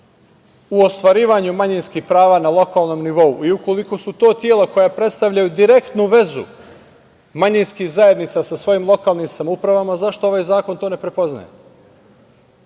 u ostvarivanju manjinskih prava na lokalnom nivou i ukoliko su to tela koja predstavljaju direktnu vezu manjinskih zajednica sa svojim lokalnim samoupravama, zašto ovaj zakon to ne prepoznaje